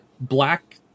Black